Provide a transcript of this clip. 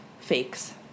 fakes